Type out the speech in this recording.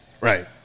Right